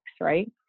right